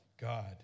God